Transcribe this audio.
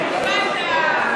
הנה, קיבלת.